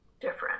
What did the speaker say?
different